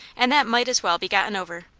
and that might as well be gotten over,